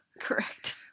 correct